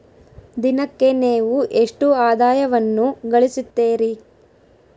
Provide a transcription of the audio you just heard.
ದಿನಕ್ಕೆ ನೇವು ಎಷ್ಟು ಆದಾಯವನ್ನು ಗಳಿಸುತ್ತೇರಿ?